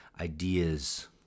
ideas